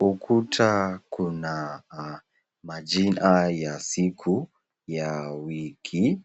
Ukuta kuna majina ya siku ya wiki ,